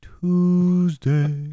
Tuesday